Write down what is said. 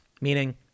meaning